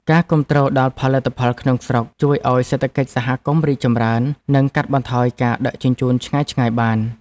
ការគាំទ្រដល់ផលិតផលក្នុងស្រុកជួយឱ្យសេដ្ឋកិច្ចសហគមន៍រីកចម្រើន និងកាត់បន្ថយការដឹកជញ្ជូនឆ្ងាយៗបាន។